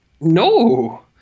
No